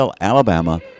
Alabama